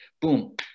Boom